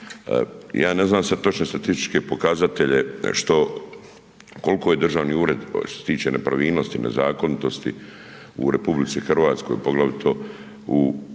Ja ne znam sad točne statističke pokazatelje što, kolko je državni ured što se tiče nepravilnosti, nezakonitosti u RH, poglavito u, gdje